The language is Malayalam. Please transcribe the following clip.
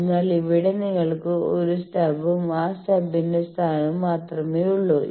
അതിനാൽ ഇവിടെ നിങ്ങൾക്ക് ഒരു സ്റ്റബും ആ സ്റ്റബ്ന്റെ സ്ഥാനവും മാത്രമേയുള്ളൂ